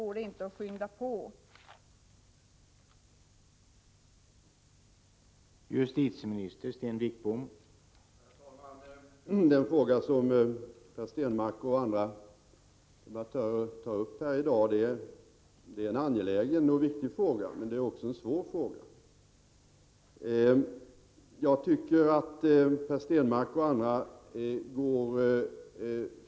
Går det inte att skynda på arbetet?